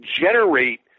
generate